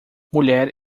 mulher